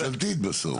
היא ממשלתית בסוף.